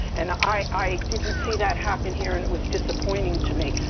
and i didn't see that happen here, and it was disappointing to me.